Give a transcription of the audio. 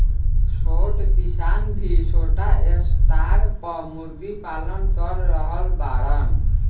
छोट किसान भी छोटा स्टार पर मुर्गी पालन कर रहल बाड़न